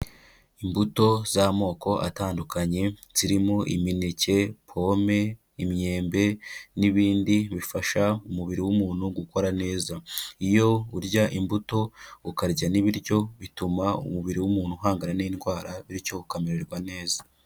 Imbuto z'amoko atandukanye zirimo imineke, pome imyembe n'ibindi bifasha umubiri w'umuntu gukora neza. Iyo urya imbuto ukarya n'ibiryo, bituma umubiri w'umuntu uhangana n'indwara, bityo ukamererwa neza.